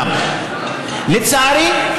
לצערי,